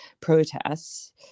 protests